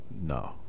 no